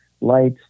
light